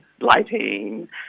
lighting